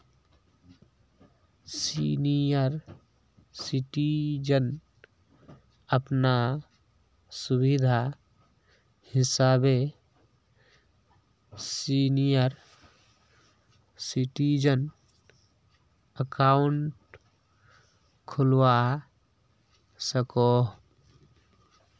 senior citizen अपना सुविधा हिसाबे सीनियर सिटीजन अकाउंट खोलवा सकोह